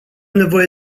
nevoie